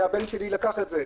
הבן שלי לקח את זה.